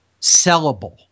sellable